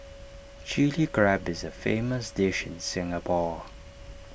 Chilli Crab is A famous dish in Singapore